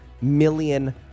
million